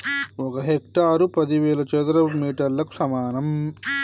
ఒక హెక్టారు పదివేల చదరపు మీటర్లకు సమానం